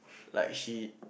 like she